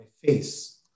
face